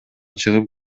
чыгып